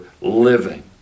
living